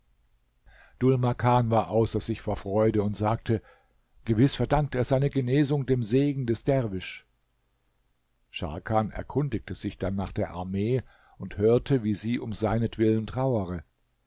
dhul makan war außer sich vor freude und sagte gewiß verdankt er seine genesung dem segen des derwisch scharkan erkundigte sich dann nach der armee und hörte wie sie um seinetwillen trauere